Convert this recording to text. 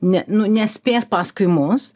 ne nu nespės paskui mus